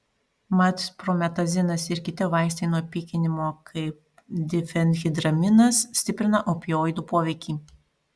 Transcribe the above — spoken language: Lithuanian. mat prometazinas ir kiti vaistai nuo pykinimo kaip difenhidraminas stiprina opioidų poveikį